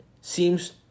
seems